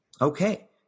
okay